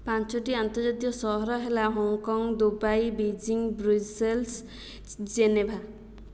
ପାଞ୍ଚଟି ଆନ୍ତର୍ଜାତୀୟ ସହର ହେଲା Hong Kong Dubai Beijing Brazil Geneva